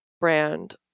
brand